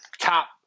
top